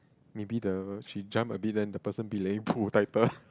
maybe the she jump a bit then the person belaying pull tighter